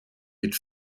mit